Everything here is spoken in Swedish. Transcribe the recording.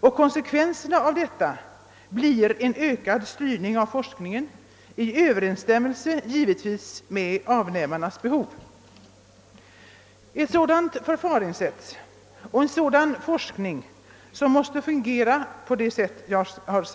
Och konsekvenserna härav blir en ökad styrning av forskningen i överensstämmelse med avnämarnas behov. Ett sådant förfaringssätt och en forskning som måste fungera på det sättet har